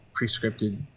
prescripted